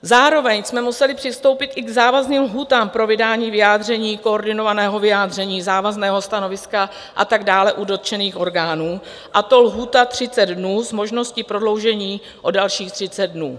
Zároveň jsme museli přistoupit i k závazným lhůtám pro vydání vyjádření, koordinovaného vyjádření, závazného stanoviska a tak dále, u dotčených orgánů, a to je lhůta 30 dnů s možností prodloužení o dalších 30 dnů.